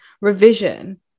revision